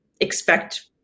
expect